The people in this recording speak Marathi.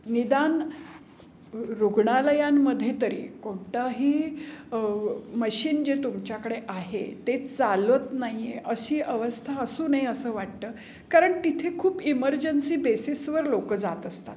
निदान रुग्णालयांमध्ये तरी कोणताही मशीन जे तुमच्याकडे आहे ते चालत नाही आहे अशी अवस्था असू नये असं वाटतं कारण तिथे खूप इमर्जन्सी बेसिसवर लोक जात असतात